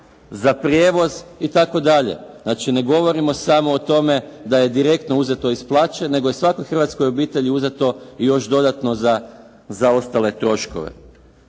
za prijevoz itd. Znači, ne govorimo samo o tome da je direktno uzeto iz plaće, nego je svakoj hrvatskoj obitelji uzeto i još dodatno za ostale troškove.